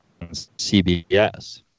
CBS